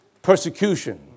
Persecution